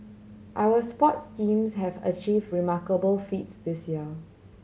our sports teams have achieve remarkable feats this year